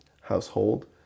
household